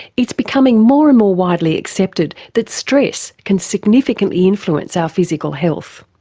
it's becoming more and more widely accepted that stress can significantly influence our physical health.